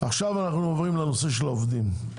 עכשיו אנחנו עוברים לנושא של העובדים.